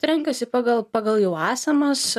renkasi pagal pagal jau esamas